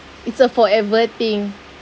it's a forever thing